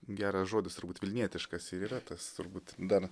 geras žodis turbūt vilnietiškas ir yra tas turbūt dar